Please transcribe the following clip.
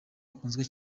akunzwe